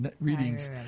readings